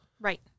Right